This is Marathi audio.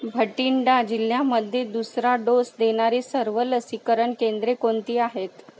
भटिंडा जिल्ह्यामध्ये दुसरा डोस देणारी सर्व लसीकरण केंद्रे कोणती आहेत